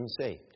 saved